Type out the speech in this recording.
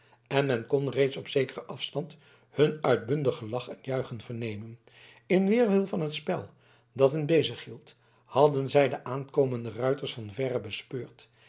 en men kon reeds op zekeren afstand hun uitbundig gelach en juichen vernemen in weerwil van het spel dat hen bezig hield hadden zij de aankomende ruiters van verre bespeurd